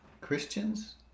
Christians